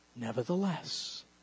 Nevertheless